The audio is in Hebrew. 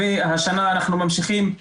והשנה אנחנו ממשיכים,